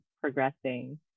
progressing